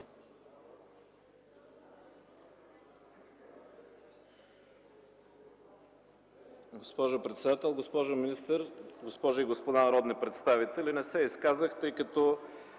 Госпожо председател, госпожо министър, госпожи и господа народни представители! Не се изказах, тъй като